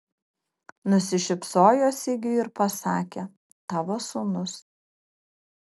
nusišypsojo sigiui ir pasakė tavo sūnus